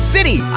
City